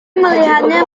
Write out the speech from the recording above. melihatnya